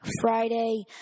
Friday